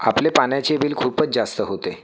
आपले पाण्याचे बिल खूपच जास्त होते